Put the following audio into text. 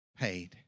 paid